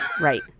Right